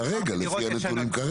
כרגע לפי הנתונים.